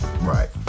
Right